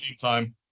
time